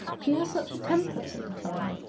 she has such a temper said the farmer,